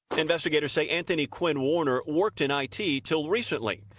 investigators say anthony quinn warner worked in i t. until recently.